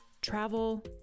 travel